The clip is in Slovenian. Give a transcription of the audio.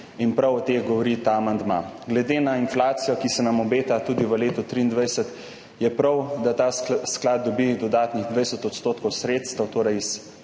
in prav o tem govori ta amandma. Glede na inflacijo, ki se nam obeta tudi v letu 2023, je prav, da ta sklad dobi dodatnih 20 % sredstev, torej iz